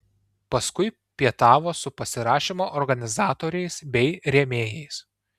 paskui pietavo su pasirašymo organizatoriais bei rėmėjais